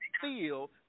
feel